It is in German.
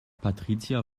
patricia